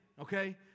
okay